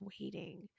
waiting